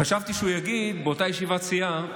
חשבתי שהוא יגיד באותה ישיבת סיעה: